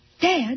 Dad